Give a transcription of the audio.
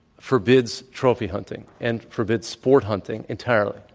forbids trophy hunting and forbids sport hunting entirely.